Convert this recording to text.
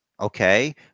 okay